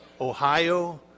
Ohio